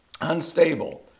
unstable